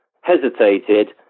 hesitated